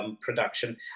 production